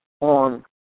on